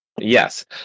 Yes